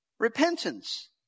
repentance